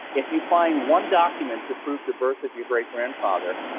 if you find one document to prove the birth of your great-grandfather,